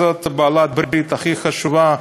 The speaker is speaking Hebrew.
זאת בעלת הברית הכי חשובה,